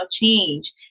change